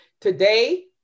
today